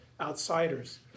outsiders